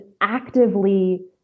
actively